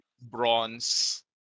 bronze